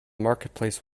marketplace